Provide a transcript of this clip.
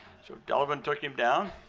so, delavin took him down,